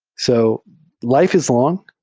so life is long.